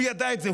הוא ידע את זה,